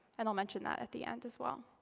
and i'll mention that at the end as well.